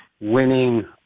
winning